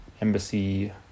embassy